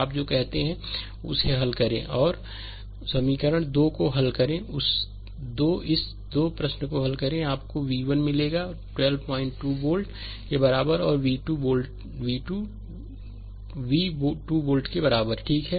आप जो कहते हैं उसे हल करें 1 और समीकरण 2 को हल करें 2 इस 2 प्रश्न को हल करें आपको v 1 मिलेगा 122 2 वोल्ट के बराबर है और v 2 वोल्ट के बराबर है ठीक है